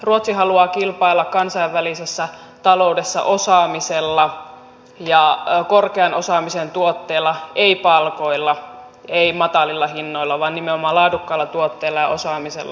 ruotsi haluaa kilpailla kansainvälisessä taloudessa osaamisella ja korkean osaamisen tuotteilla ei palkoilla ei matalilla hinnoilla vaan nimenomaan laadukkailla tuotteilla ja osaamisella